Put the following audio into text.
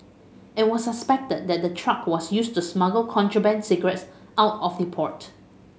it was suspected that the truck was used to smuggle contraband cigarettes out of the port